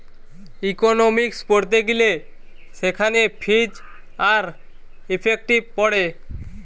economics পড়তে গিলে সেখানে ফিজ আর ইফেক্টিভ পড়ে